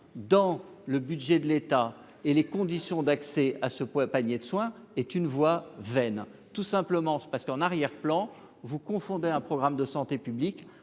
dans le budget de l'État et les conditions d'accès à ce point panier de soins est une voix tout simplement se parce qu'en arrière plan, vous confondez un programme de santé publique,